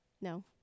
No